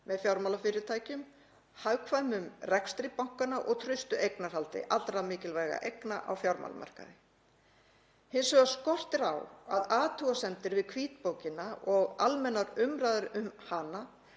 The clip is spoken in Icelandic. með fjármálafyrirtækjum, hagkvæmum rekstri bankanna og traustu eignarhaldi allra mikilvægra eigna á fjármálamarkaði. Hins vegar skortir á að athugasemdir við hvítbókina og almennar umræður um hana